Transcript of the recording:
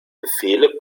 befehle